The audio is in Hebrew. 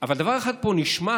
אבל דבר אחד פה נשמט,